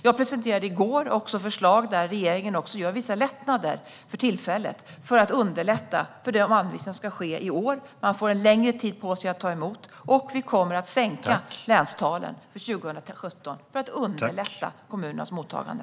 I går presenterade jag förslag där regeringen ger vissa lättnader för tillfället för att underlätta de anvisningar som ska ske i år. Man får längre tid på sig att ta emot, och vi kommer att sänka länstalen för 2017 för att underlätta kommunernas mottagande.